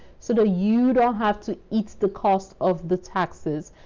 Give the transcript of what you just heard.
sort of you don't have to eat the. cost of the taxes.